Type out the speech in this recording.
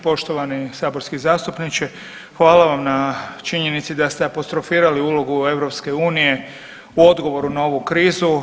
Poštovani saborski zastupnice hvala vam na činjenici da ste apostrofirali ulogu EU u odgovoru na ovu krizu.